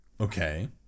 Okay